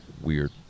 weird